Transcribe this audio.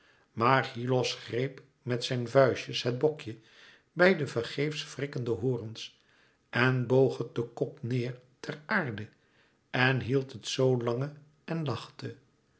maar hyllos greep met zijn vuistjes het bokje bij de vergeefs wrikkende horens en boog het den kop neêr ter aarde en hield het zoo lange en lachte